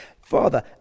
Father